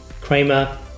Kramer